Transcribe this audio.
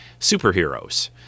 superheroes